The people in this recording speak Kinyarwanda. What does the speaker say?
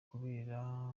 kubera